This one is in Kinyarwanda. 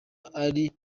ari